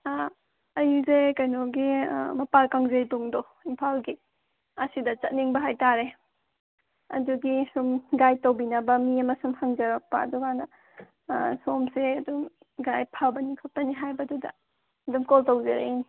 ꯑꯥ ꯑꯩꯁꯦ ꯀꯩꯅꯣꯒꯤ ꯃꯄꯥꯜ ꯀꯥꯡꯖꯩꯕꯨꯡꯗꯣ ꯏꯝꯐꯥꯜꯒꯤ ꯑꯁꯤꯗ ꯆꯠꯅꯤꯡꯕ ꯍꯥꯏꯇꯔꯦ ꯑꯗꯨꯒꯤ ꯁꯨꯝ ꯒꯥꯏꯗ ꯇꯧꯕꯤꯅꯕ ꯃꯤ ꯑꯃ ꯁꯨꯝ ꯍꯪꯖꯔꯛꯄ ꯑꯗꯨꯒ ꯁꯣꯝꯁꯦ ꯑꯗꯨꯝ ꯒꯥꯏꯗ ꯐꯕꯅꯤ ꯈꯣꯠꯄꯅꯤ ꯍꯥꯏꯕꯗꯨꯗ ꯑꯗꯨꯝ ꯀꯣꯜ ꯇꯧꯖꯔꯛꯏꯅꯤ